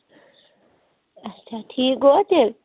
اچھا ٹھیٖک گوٚوا تیٚلہِ